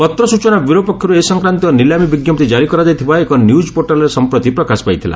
ପତ୍ର ସ୍କଚନା ବ୍ୟୁରୋ ପକ୍ଷରୁ ଏ ସଂକ୍ରାନ୍ତୀୟ ନିଲାମି ବିଞ୍ଜପ୍ତି କାରି କରାଯାଇଥିବା ଏକ ନ୍ୟୁଜ୍ ପୋର୍ଟାଲରେ ସଂପ୍ରତି ପ୍ରକାଶ ପାଇଥିଲା